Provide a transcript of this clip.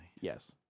Yes